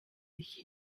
sich